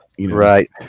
Right